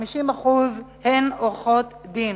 50% עורכות-דין,